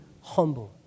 humble